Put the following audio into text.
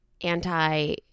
anti